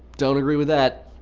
don't agree with that.